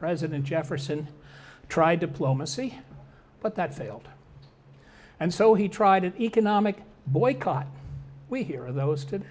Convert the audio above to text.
president jefferson tried to plough massai but that failed and so he tried an economic boycott we hear of those today